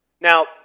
Now